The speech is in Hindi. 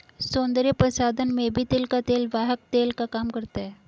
सौन्दर्य प्रसाधन में भी तिल का तेल वाहक तेल का काम करता है